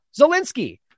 Zelensky